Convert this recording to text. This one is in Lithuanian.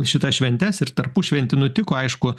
šitas šventes ir tarpušventį nutiko aišku